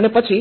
અને પછી